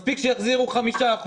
מספיק שיחזירו 5%,